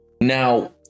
Now